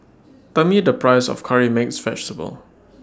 Tell Me The Price of Curry Mixed Vegetable